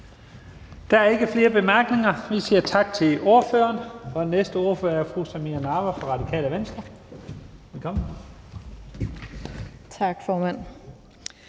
Der er ikke flere korte bemærkninger, så vi siger tak til ordføreren. Næste ordfører er fru Samira Nawa fra Radikale Venstre. Velkommen. Kl.